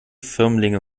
firmlinge